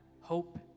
hope